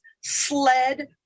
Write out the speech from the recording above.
sled